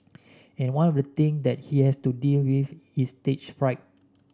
and one of the thing that he has to deal with is stage fright